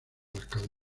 alcalde